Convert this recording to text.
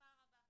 בשמחה רבה.